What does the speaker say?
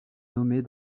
nommée